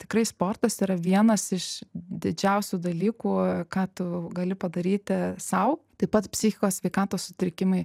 tikrai sportas yra vienas iš didžiausių dalykų ką tu gali padaryti sau taip pat psichikos sveikatos sutrikimai